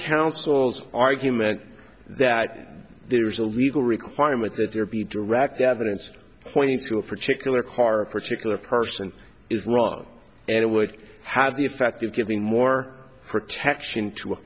counsel argument that there is a legal requirement that there be direct evidence pointing to a particular car a particular person is wrong and it would have the effect of giving more protection to a